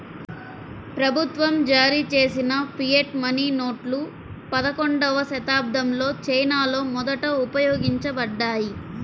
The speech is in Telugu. ప్రభుత్వం జారీచేసిన ఫియట్ మనీ నోట్లు పదకొండవ శతాబ్దంలో చైనాలో మొదట ఉపయోగించబడ్డాయి